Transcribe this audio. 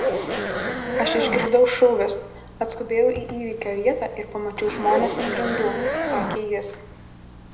aš išgirdau šūvius atskubėjau į įvykio vietą ir pamačiau žmones ant grindų sakė jis